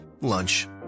lunch